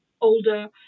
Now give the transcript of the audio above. older